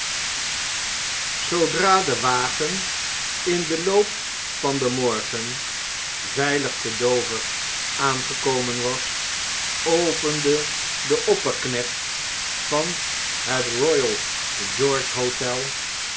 zoodra de wagen in den loop van den morgen veilig te dover aangekomen was opende de opperknecht van het royal george hotel